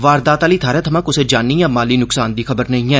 वारदात आली थाह्रा थमां कुसै जानी जा माली चुकसान दी खबर नेई ऐ